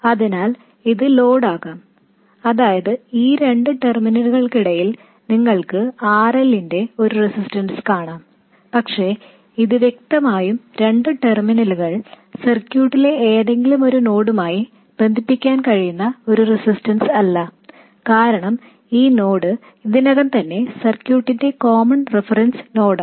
അതിനാൽ ഇത് ലോഡ് ആകാം അതായത് ഈ രണ്ട് ടെർമിനലുകൾക്കിടയിൽ നിങ്ങൾക്ക് RLന്റെ ഒരു റെസിസ്റ്റൻസ് കാണാം പക്ഷേ ഇത് വ്യക്തമായും രണ്ട് ടെർമിനലുകൾ സർക്യൂട്ടിലെ ഏതെങ്കിലും രണ്ട് നോഡുകളുമായി ബന്ധിപ്പിക്കാൻ കഴിയുന്ന ഒരു റെസിസ്റ്റൻസ് അല്ല കാരണം ഈ നോഡ് ഇതിനകം തന്നെ സർക്യൂട്ടിന്റെ കോമൺ റഫറൻസ് നോഡാണ്